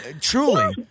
truly